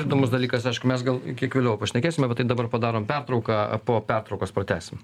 įdomus dalykas aišku mes gal kiek vėliau pašnekėsim apie tai dabar padarom pertrauką po pertraukos pratęsim